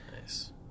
nice